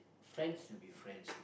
friends should be friends